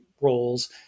roles